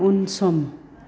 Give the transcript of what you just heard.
उनसं